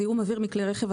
זיהום אוויר מכלי רכב,